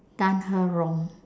done her wrong